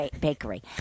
Bakery